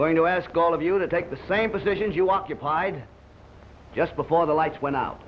going to ask all of you to take the same positions you occupied just before the lights went out